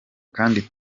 kandi